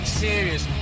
serious